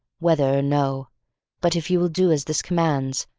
whether or no but if you will do as this commands,